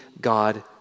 God